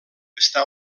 està